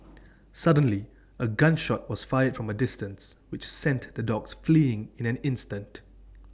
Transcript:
suddenly A gun shot was fired from A distance which sent the dogs fleeing in an instant